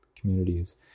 communities